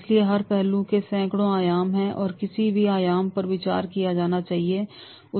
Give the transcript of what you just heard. इसलिए हर पहलू के सैकड़ों आयाम है और किसी भी आयाम पर विचार किया जाना चाहिए